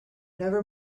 never